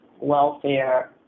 welfare